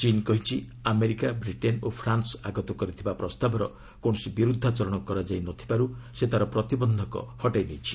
ଚୀନ୍ କହିଛି America Britain ଓ ଫ୍ରାନ୍ସ ଆଗତ କରିଥିବା ପ୍ରସ୍ତାବର କୌଣସି ବିରୁଦ୍ଧାଚରଣ କରାଯାଇନଥିବାରୁ ସେ ତା'ର ପ୍ରତିବନ୍ଧକ ହଟେଇନେଇଛି